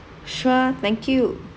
sure thank you